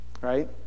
right